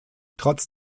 trotz